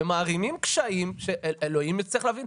ומערימים קשיים שאלוהים, אני לא מצליח להבין.